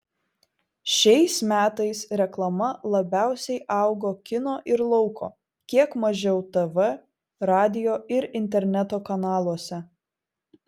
šiais metais reklama labiausiai augo kino ir lauko kiek mažiau tv radijo ir interneto kanaluose